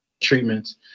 treatments